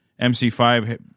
MC5